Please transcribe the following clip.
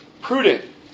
Prudent